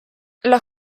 los